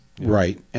Right